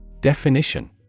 Definition